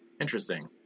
interesting